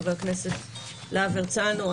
חבר הכנסת להב הרצנו.